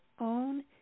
own